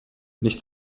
nicht